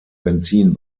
benzin